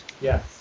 Yes